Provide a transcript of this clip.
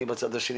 אני בצד השני,